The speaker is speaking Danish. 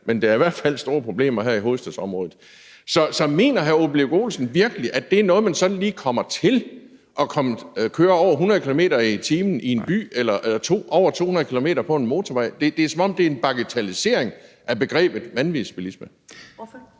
men der i hvert fald store problemer med det her i hovedstadsområdet. Så mener hr. Ole Birk Olesen virkelig, at det er noget man sådan lige kommer til, altså at køre over 100 km/t. i en by eller over 200 km/t. på en motorvej? Det er, som om det er en bagatellisering af begrebet vanvidsbilisme. Kl.